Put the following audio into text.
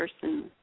person